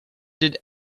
did